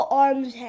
arms